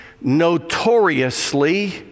notoriously